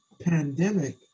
pandemic